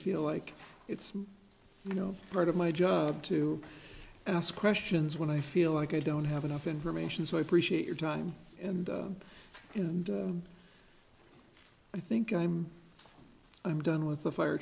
feel like it's you know part of my job to ask questions when i feel like i don't have enough information so i appreciate your time and and i think i'm i'm done with the fire